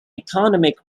economic